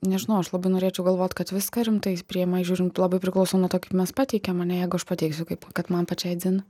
nežinau aš labai norėčiau galvot kad viską rimtai priima žiūrint labai priklauso nuo to kaip mes pateikiam ane jeigu aš pateiksiu kaip kad man pačiai dzin